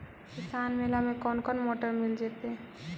किसान मेला में कोन कोन मोटर मिल जैतै?